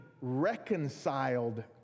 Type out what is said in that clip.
reconciled